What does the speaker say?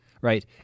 right